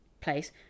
place